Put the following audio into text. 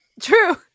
True